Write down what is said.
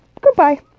Goodbye